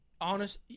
honest